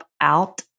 out